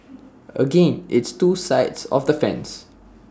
again it's two sides of the fence